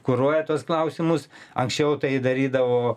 kuruoja tuos klausimus anksčiau tai darydavo